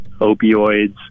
opioids